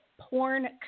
porn